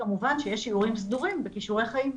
וכמובן שיש שיעורים סדורים בכישורי חיים.